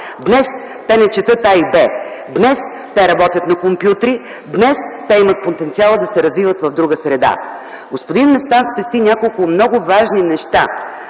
Днес те не четат „а” и „б”, днес те работят на компютри, днес те имат потенциала да се развиват в друга среда. Господин Местан спести няколко много важни неща